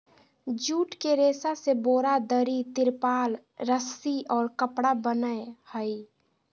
jute के रेशा से बोरा, दरी, तिरपाल, रस्सि और कपड़ा बनय हइ